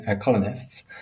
colonists